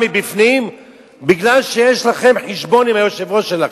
מבפנים מפני שיש לכם חשבון עם היושב-ראש שלכם.